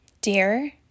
Dear